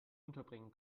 unterbringen